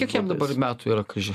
kiek jam dabar metų yra kaži